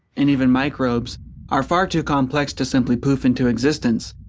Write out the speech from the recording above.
and even microbes are far too complex to simply poof into existence,